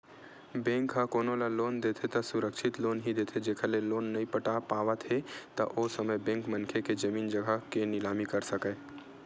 bank ह कोनो ल लोन देथे त सुरक्छित लोन ही देथे जेखर ले लोन नइ पटा पावत हे त ओ समे बेंक मनखे के जमीन जघा के निलामी कर सकय